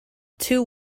too